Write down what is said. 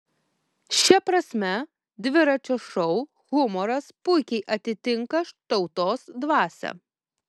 šia prasme dviračio šou humoras puikiai atitinka tautos dvasią